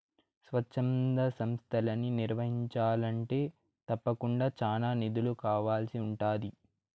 స్వచ్ఛంద సంస్తలని నిర్వహించాలంటే తప్పకుండా చానా నిధులు కావాల్సి ఉంటాది